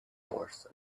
horse